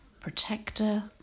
protector